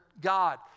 God